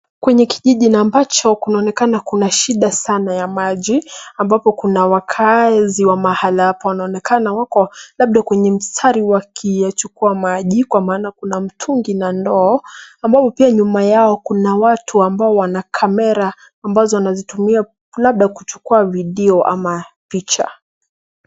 Kwenye kijiji na ambacho kunaonekana kuna shida sana ya maji ambapo kuna wakaazi wa mahali hapa wanaonekana wako labda kwenye mstari wakiyachukua maji kwa maana kuna mtungi na ndoo, ambapo pia nyuma yao kuna watu ambao wana kamera ambazo wanazitumia labda kuchukua video ama picha.